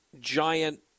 giant